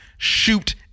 shoot